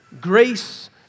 grace